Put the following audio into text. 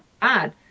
bad